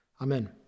Amen